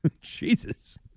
Jesus